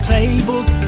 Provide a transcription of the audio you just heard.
tables